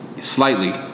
Slightly